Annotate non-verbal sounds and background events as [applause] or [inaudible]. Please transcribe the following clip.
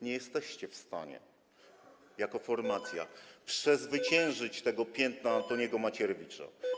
Nie jesteście w stanie jako formacja [noise] przezwyciężyć tego piętna Antoniego Macierewicza.